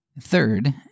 Third